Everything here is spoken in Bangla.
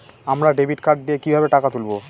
আমরা ডেবিট কার্ড দিয়ে কিভাবে টাকা তুলবো?